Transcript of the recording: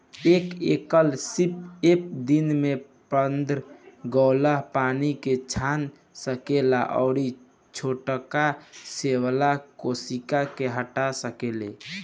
एक एकल सीप एक दिन में पंद्रह गैलन पानी के छान सकेला अउरी छोटका शैवाल कोशिका के हटा सकेला